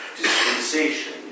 dispensation